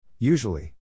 Usually